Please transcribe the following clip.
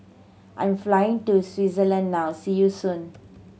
I'm flying to Swaziland now see you soon